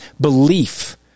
belief